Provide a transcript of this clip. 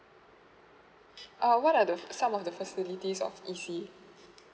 uh what are the some of the facilities of